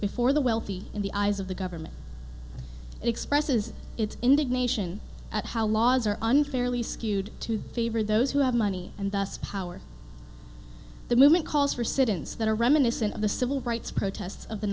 before the wealthy in the eyes of the government expresses its indignation at how laws are unfairly skewed to favor those who have money and thus power the movement calls for citizens that are reminiscent of the civil rights protests